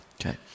Okay